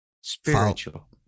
Spiritual